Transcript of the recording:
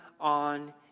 on